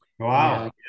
Wow